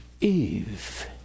Eve